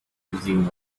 using